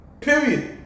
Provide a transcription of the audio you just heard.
Period